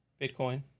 Bitcoin